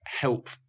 help